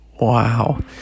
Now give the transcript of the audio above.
Wow